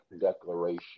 declaration